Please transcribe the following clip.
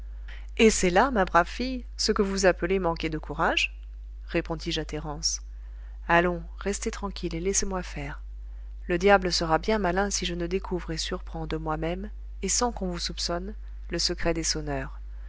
et c'est là ma brave fille ce que vous appelez manquer de courage répondis-je à thérence allons restez tranquille et laissez-moi faire le diable sera bien malin si je ne découvre et surprends de moi-même et sans qu'on vous soupçonne le secret des sonneurs